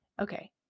Okay